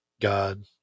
God